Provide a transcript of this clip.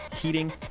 heating